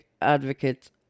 advocates